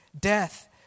death